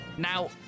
Now